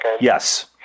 Yes